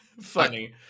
funny